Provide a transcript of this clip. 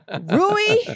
Rui